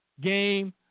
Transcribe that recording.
game